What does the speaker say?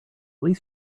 least